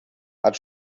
hat